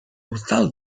portal